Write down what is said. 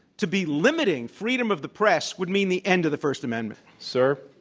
to be limiting freedom of the press would mean the end of the first amendment. so